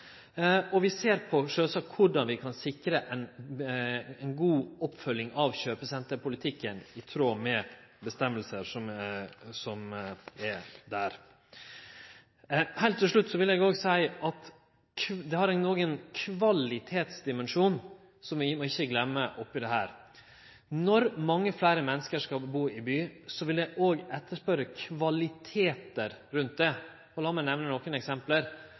og vi ser sjølvsagt på korleis vi kan sikre ei god oppfølging av kjøpesenterpolitikken, i tråd med avgjerder som gjeld der. Heilt til slutt vil eg seie at det òg er ein kvalitetsdimensjon, som vi ikkje må gløyme her. Når mange fleire menneske skal bu i by, vil eg òg etterspørje kvalitetar rundt det. Lat meg nemne nokre eksempel.